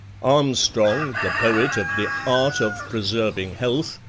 armstrong, the poet of the art of preserving health,